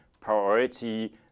priority